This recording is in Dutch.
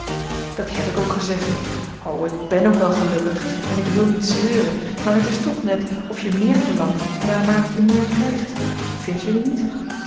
dat heb ik ook gezegd o ik ben ook wel gelukkig en ik wil niet zeuren maar het is toch net of je meer verlangt naarmate je meer krijgt vindt jullie niet